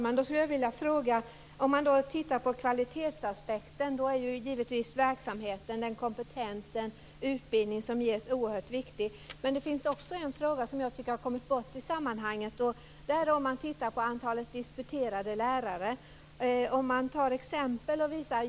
Fru talman! Om man tittar på kvalitetsaspekten är givetvis verksamheten, den kompetens som finns och den utbildning som ges oerhört viktig. Men det finns en fråga som jag tycker har kommit bort i sammanhanget. Det gäller antalet disputerade lärare.